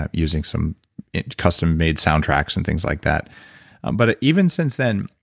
ah using some custom-made soundtracks and things like that and but even since then,